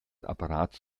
apparats